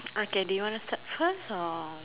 okay do you want to start first or